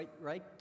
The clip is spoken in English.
right